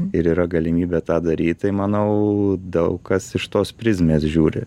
ir yra galimybė tą daryt tai manau daug kas iš tos prizmės žiūri